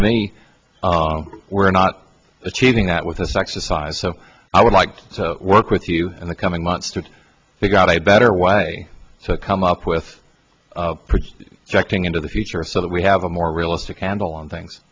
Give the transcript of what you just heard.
to me we're not achieving that with us exercise so i would like to work with you in the coming months to figure out a better way so come up with directing into the future so that we have a more realistic handle on things